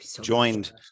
joined